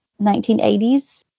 1980s